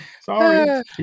Sorry